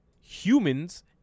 humans